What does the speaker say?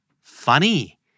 Funny